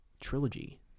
trilogy